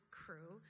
crew